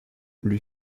lui